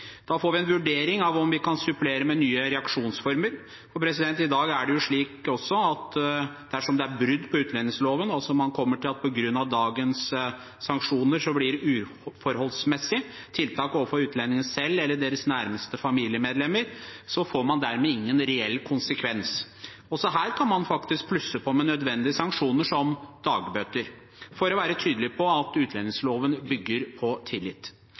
Da får vi en vurdering av om vi kan supplere med nye reaksjonsformer. I dag er det jo slik at dersom det er brudd på utlendingsloven og man kommer til at det med dagens sanksjoner blir uforholdsmessige tiltak overfor utlendingene selv eller deres nærmeste familiemedlemmer, får det ingen reell konsekvens. Her kan man faktisk plusse på med nødvendige sanksjoner som dagbøter for å være tydelig på at utlendingsloven bygger på tillit,